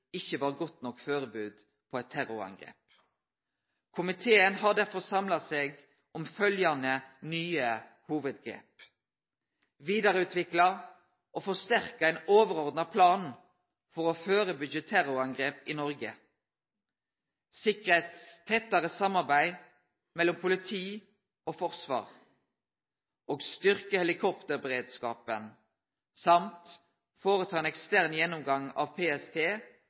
ikkje var godt nok førebudde på eit terrorangrep. Komiteen har derfor samla seg om følgjande nye hovudgrep: Vidareutvikle og forsterke ein overordna plan for å førebyggje terrorangrep i Noreg, sikre eit tettare samarbeid mellom politi og forsvar og styrkje helikopterberedskapen og å foreta ein ekstern gjennomgang av